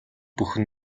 бүхэн